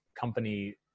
company